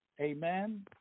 Amen